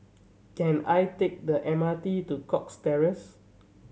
can I take the M R T to Cox Terrace